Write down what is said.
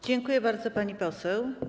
Dziękuję bardzo, pani poseł.